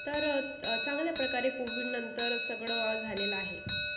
तर त चांगल्या प्रकारे कोविडनंतर सगळं झालेलं आहे